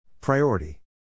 Priority